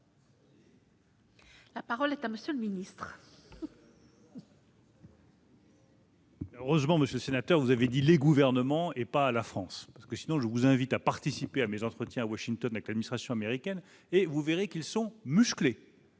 La parole est à monsieur le Ministre. Heureusement, Monsieur, sénateur, vous avez dit les gouvernements et pas à la France parce que sinon je vous invite à participer à mes entretiens à Washington avec l'administration américaine et vous verrez qu'ils sont musclés,